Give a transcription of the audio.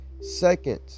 second